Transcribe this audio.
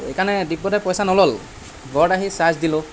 এইকাৰণে দিব্যদাই পইচা নল'লে ঘৰত আহি চাৰ্জ দিলোঁ